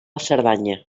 cerdanya